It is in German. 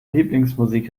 lieblingsmusik